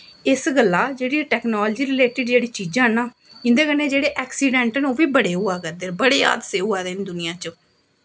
इस गल्ल जेह्ड़ी एह् टैकनॉलजी रिलेटिड जेह्ड़ियां चीजां ना इं'दे कन्नै जेह्ड़े ऐक्सिडैंट न ओह् बी बड़े होआ करदे न बड़े हादसे होआ दे न दुनियां च